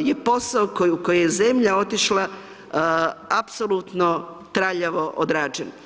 je posao u koji je zemlja otišla, apsolutno traljavo odrađen.